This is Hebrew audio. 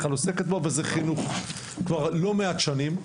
כלל עוסקת בו וזה חינוך כבר לא מעט שנים.